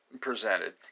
presented